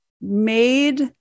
made